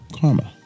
karma